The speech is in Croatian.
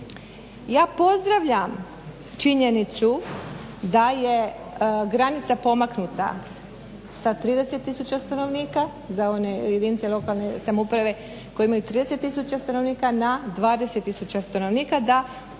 Ja pozdravljam činjenicu da je granica pomaknuta sa 30 tisuća stanovnika za one jedinice lokalne samouprave koje imaju 30 tisuća stanovnika na 20 tisuća stanovnika da formiraju